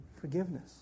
forgiveness